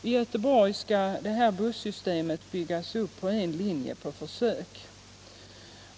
I Göteborg skall det här bussystemet byggas upp på en linje på försök.